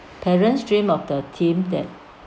parents dream of the team that